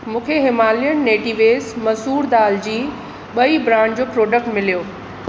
मूंखे Himalayan natives मसूर दालि जी ॿई ब्रांड जो प्रॉडक्ट मिलियो